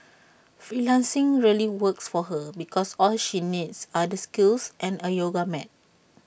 freelancing really works for her because all she needs are the skills and A yoga mat